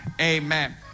Amen